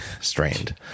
strained